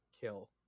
kill